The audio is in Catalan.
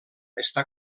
està